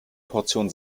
portion